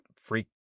freak